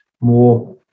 more